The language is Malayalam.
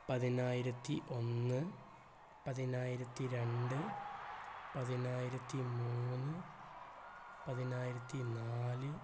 പതിനായിരത്തി ഒന്ന് പതിനായിരത്തി രണ്ട് പതിനായിരത്തി മൂന്ന് പതിനായിരത്തി നാല്